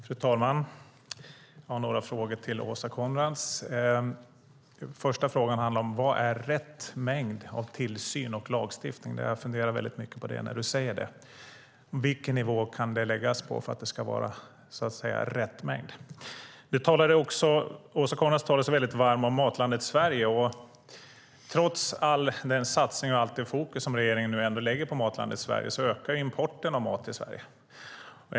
Fru talman! Jag har några frågor till Åsa Coenraads. Min första fråga är: Vad är rätt mängd tillsyn och lagstiftning? Jag funderar väldigt mycket på det du där säger. Frågan är alltså vilken nivå det kan läggas på för att det ska vara "rätt mängd". Åsa Coenraads talade sig varm för Matlandet Sverige. Men trots allt som satsas och allt fokus som regeringen lägger på Matlandet Sverige ökar importen av mat till Sverige.